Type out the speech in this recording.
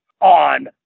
on